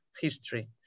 history